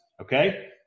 Okay